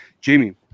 Jamie